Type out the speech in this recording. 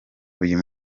uyu